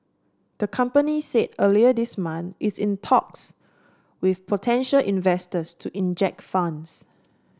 the company said earlier this month it's in talks with potential investors to inject funds